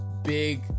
Big